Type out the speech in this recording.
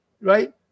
right